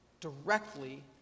directly